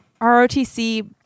ROTC